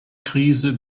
krise